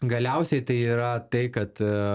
galiausiai tai yra tai kad